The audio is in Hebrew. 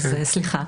אז סליחה.